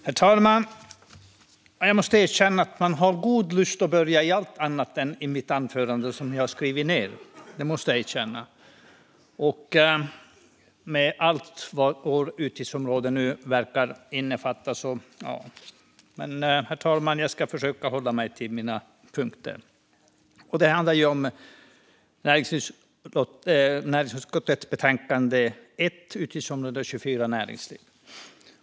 Herr talman! Jag måste erkänna att jag har god lust att börja mitt anförande med allt annat än det jag har skrivit ned, med allt vad vårt utgiftsområde verkar innefatta. Men, herr talman, jag ska försöka hålla mig till mina punkter. Det handlar om näringsutskottets betänkande 1, Utgiftsom råde 24 Näringsliv .